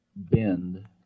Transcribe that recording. bend